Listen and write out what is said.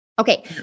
Okay